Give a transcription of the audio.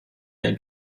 der